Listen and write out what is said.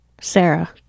Sarah